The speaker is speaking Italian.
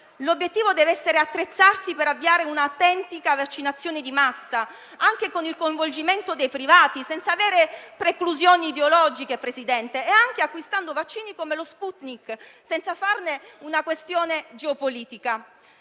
L'obiettivo dev'essere attrezzarsi per avviare un'autentica vaccinazione di massa, anche con il coinvolgimento dei privati, senza preclusioni ideologiche, e anche acquistando vaccini come lo Sputnik, senza farne una questione geopolitica.